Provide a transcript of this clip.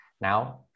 Now